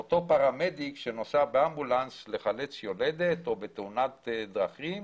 אותו פרמדיק שנוסע באמבולנס לחלץ יולדת או לתאונת דרכים